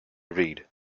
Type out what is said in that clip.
read